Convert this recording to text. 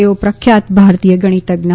તેઓ પ્રખ્યાત ભારતીય ગણિતજ્ઞ હતા